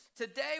Today